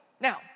Now